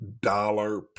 dollar